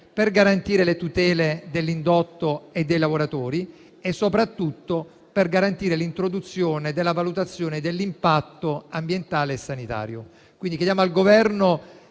per le tutele dell'indotto e dei lavoratori e soprattutto per l'introduzione della valutazione dell'impatto ambientale e sanitario. Chiediamo, quindi, al Governo